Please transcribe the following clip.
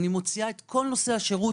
אני מוציאה את כל נושא השירות,